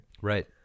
right